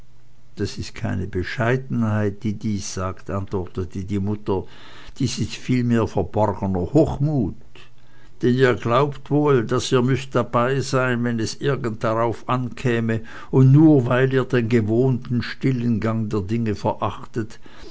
dies ist keine bescheidenheit die dies sagt antwortete die mutter dies ist vielmehr verborgener hochmut denn ihr glaubt wohl daß ihr müßt dabeisein wenn es irgend darauf ankäme und nur weil ihr den gewohnten stillen gang der dinge verachtet